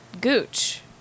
Gooch